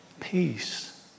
Peace